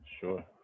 Sure